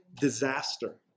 disaster